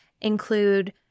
include